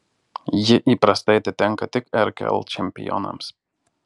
ji įprastai atitenka tik rkl čempionams